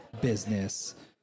business